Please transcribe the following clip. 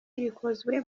rikozwe